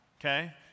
Okay